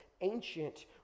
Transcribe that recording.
ancient